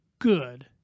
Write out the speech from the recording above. good